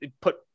put